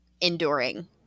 enduring